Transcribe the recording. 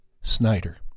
Snyder